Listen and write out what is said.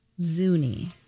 Zuni